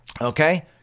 okay